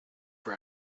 for